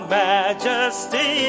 majesty